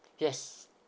yes